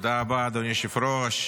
תודה רבה, אדוני היושב-ראש.